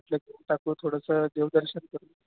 म्हटल टाकू थोडंसं देवदर्शन करू